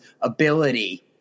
ability